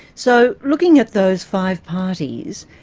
so, looking at those five parties,